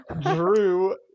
drew